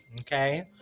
Okay